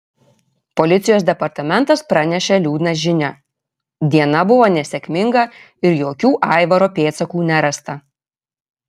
policijos departamentas pranešė liūdną žinią diena buvo nesėkminga ir jokių aivaro pėdsakų nerasta